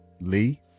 Lee